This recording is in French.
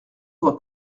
voie